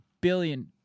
billion